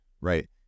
right